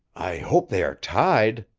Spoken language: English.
i hope they are tied,